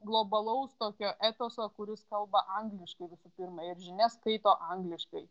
globalaus tokio etoso kuris kalba angliškai visų pirma ir žinias skaito angliškai